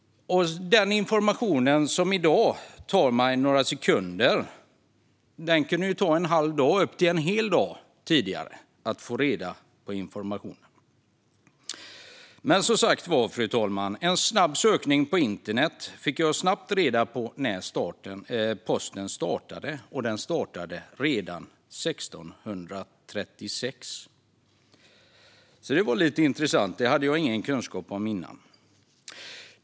Den information som i dag tar mig några sekunder att finna kunde tidigare ta en halv dag, upp till en hel dag, att få fram. Men som sagt var, fru talman, efter en snabb sökning på internet fick jag reda på när posten startade, nämligen redan 1636. Det var lite intressant, och det hade jag ingen kunskap om innan.